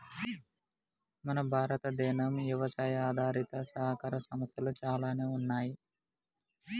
మన భారతదేనం యవసాయ ఆధారిత సహకార సంస్థలు చాలానే ఉన్నయ్యి